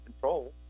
control